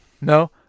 No